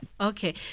Okay